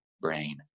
brain